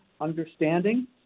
understanding